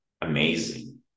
amazing